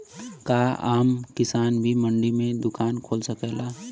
का आम किसान भी मंडी में दुकान खोल सकेला?